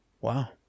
Wow